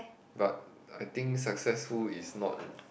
but I think successful is not